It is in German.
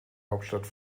hauptstadt